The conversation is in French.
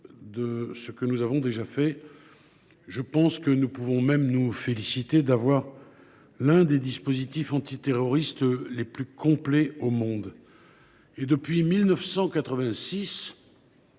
de ce qu’elle a déjà fait ; nous pouvons même nous féliciter d’avoir un des dispositifs antiterroristes les plus complets au monde. En effet, depuis 1986,